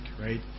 right